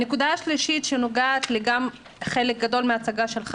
הנקודה השלישית שנוגעת גם בחלק גדול מההצגה שלך